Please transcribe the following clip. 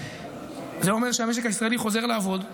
זה אומר שהמשק הישראלי חוזר לעבוד,